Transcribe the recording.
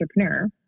entrepreneur